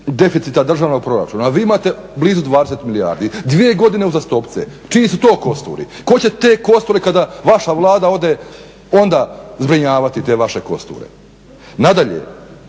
deficita državnog proračuna. Vi imate blizu 20 milijardi, dvije godine uzastopce, čiji su to kosturi, tko će te kosture kada vaša Vlada ode onda zbrinjavati te vaše kosture. Nadalje,